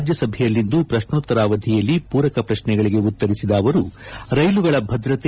ರಾಜ್ಯಸಭೆಯಲ್ಲಿಂದು ಪ್ರಶ್ನೋತ್ತರ ಅವಧಿಯಲ್ಲಿ ಪೂರಕ ಪ್ರಕ್ಷೆಗಳಿಗೆ ಉತ್ತರಿಸಿದ ಅವರು ರೈಲುಗಳ ಭದ್ರತೆ